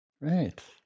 Right